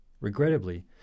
Regrettably